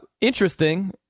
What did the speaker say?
interesting